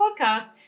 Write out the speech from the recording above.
podcast